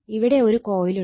ഇവിടെ ഒരു കോയിലുണ്ട്